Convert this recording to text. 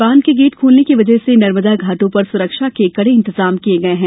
बांध के गेट खोलने की वजह से नर्मदा घांटो पर सुरक्षा के इंतजाम किये गये हैं